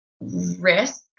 risk